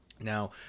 Now